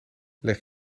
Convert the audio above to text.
leg